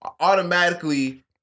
automatically